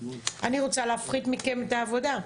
אני רוצה להפחית מכם את העבודה,